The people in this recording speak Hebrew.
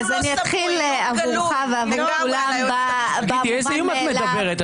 אני אתחיל עבורך ועבור כולם במובן מאליו --- על איזה איום את מדברת?